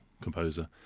composer